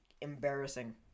Embarrassing